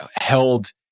held